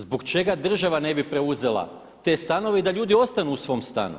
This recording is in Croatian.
Zbog čega država ne bi preuzela te stanove i da ljudi ostanu u svom stanu,